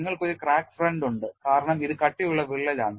നിങ്ങൾക്ക് ഒരു crack front ഉണ്ട് കാരണം ഇത് കട്ടിയുള്ള വിള്ളലാണ്